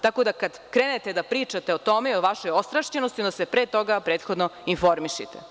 Tako da, kada krenete da pričate o tome i o vašoj ostrašćenosti onda se pre toga, prethodno informišite.